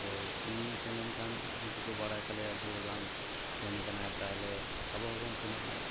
ᱛᱚ ᱤᱧᱤᱧ ᱥᱮᱱ ᱞᱮᱱᱠᱷᱟᱱ ᱩᱱᱠᱩ ᱠᱚ ᱵᱟᱲᱟᱭ ᱛᱟᱞᱮᱭᱟ ᱡᱮ ᱵᱟᱝ ᱥᱮᱱ ᱠᱟᱱᱟᱭ ᱛᱟᱦᱚᱞᱮ ᱟᱵᱚ ᱦᱚᱸᱵᱚᱱ ᱥᱮᱱᱚᱜᱼᱟ